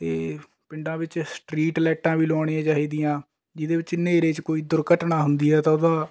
ਅਤੇ ਪਿੰਡਾਂ ਵਿੱਚ ਸਟਰੀਟ ਲਾਈਟਾਂ ਵੀ ਲਗਵਾਉਣੀਆਂ ਚਾਹੀਦੀਆਂ ਜਿਹਦੇ ਵਿੱਚ ਹਨੇਰੇ 'ਚ ਕੋਈ ਦੁਰਘਟਨਾ ਹੁੰਦੀ ਹੈ ਤਾਂ ਉਹਦਾ